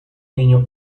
niño